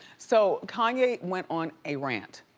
so kanye went on a rant